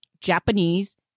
Japanese